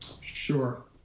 sure